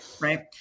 right